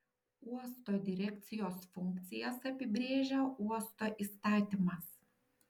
uosto direkcijos funkcijas apibrėžia uosto įstatymas